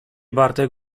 bartek